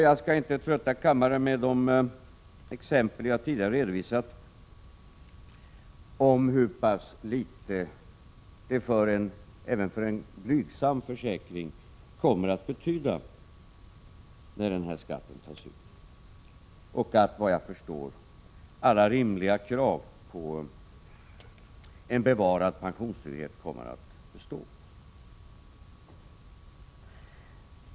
Jag skall inte trötta kammaren med att upprepa de exempel som jag tidigare har redovisat och som visar hur litet den här skatten kommer att betyda även för en blygsam försäkring och att, vad jag förstår, alla rimliga krav på en bevarad pensionstrygghet kommer att uppfyllas.